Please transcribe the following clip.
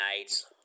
nights